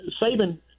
Saban